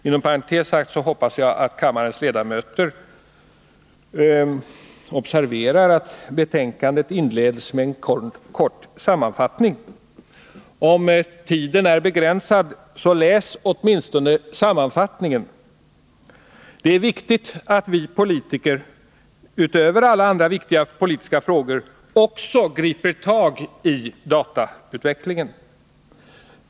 Inom parentes sagt hoppas jag att kammarens ledamöter observerar att betänkandet inleds med en kort sammanfattning. Om tiden är begränsad, så läs åtminstone sammanfattningen! Det är viktigt att vi politiker utöver alla andra viktiga politiska frågor också griper tag i datautvecklingen.